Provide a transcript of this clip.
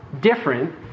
different